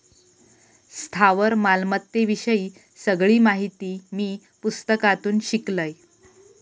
स्थावर मालमत्ते विषयी सगळी माहिती मी पुस्तकातून शिकलंय